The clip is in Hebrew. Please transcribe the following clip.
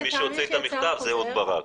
ומי שהוציא את המכתב זה אהוד ברק.